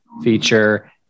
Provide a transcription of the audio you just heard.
feature